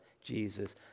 Jesus